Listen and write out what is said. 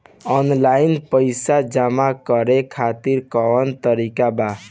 Online पइसा जमा करे खातिर कवन तरीका बा?